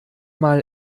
mal